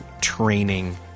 training